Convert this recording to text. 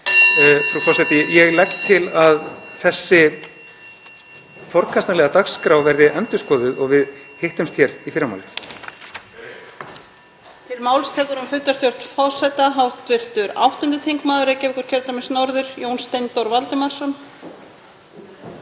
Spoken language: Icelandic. Frú forseti. Ég legg til að þessi forkastanlega dagskrá verði endurskoðuð og við hittumst hér í fyrramálið.